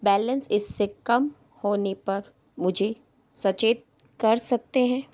balance इससे कम होने पर मुझे सचेत कर सकते हैं